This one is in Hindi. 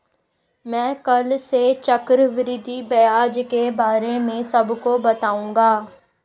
मैं कल से चक्रवृद्धि ब्याज के बारे में सबको बताऊंगा